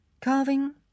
Carving